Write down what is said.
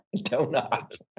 Donut